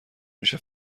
میشه